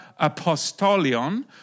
Apostolion